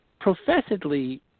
professedly